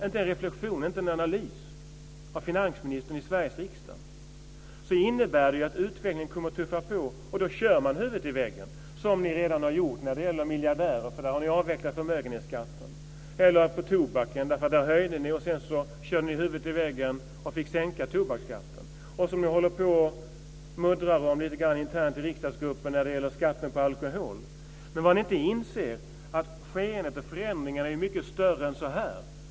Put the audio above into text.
Inte en reflexion, inte en analys av finansministern i Sveriges riksdag! Det innebär att utvecklingen kommer att tuffa på, och då kör man huvudet i väggen. Det har ni redan gjort när det gäller miljardärer, för där har ni avvecklat förmögenhetsskatten. För tobaken höjde ni skatten, och sedan körde ni huvudet i väggen och fick sänka tobaksskatten. I riksdagsgruppen håller ni på lite internt och muddrar om skatten på alkohol. Men vad ni inte inser är att skeendet och förändringarna är mycket större än så här.